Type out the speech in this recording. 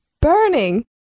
burning